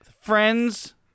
friends